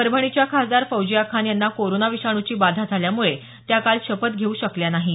परभणीच्या खासदार फौजिया खान यांना कोरोना विषाणूची बाधा झाल्यामुळे त्या काल शपथ घेऊ शकल्या नाहीत